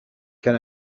can